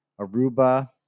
aruba